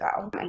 go